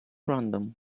random